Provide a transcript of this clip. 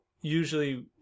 usually